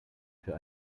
für